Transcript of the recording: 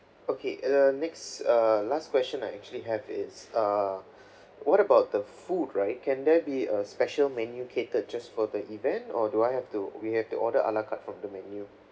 okay uh next err last question I actually have is err what about the food right can there be a special menu catered just for the event or do I have to we have to order a la carte from the menu